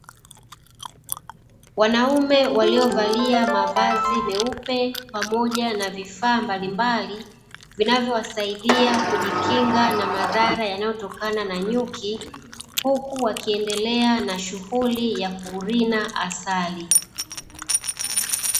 Wanaume waliovalia mavazi meupe pamoja na vifaa mbalimbali, vinavyowasaidia kujikinga na madhara yanayotokana na nyuki huku wakiendelea na shughuli ya kurina asali.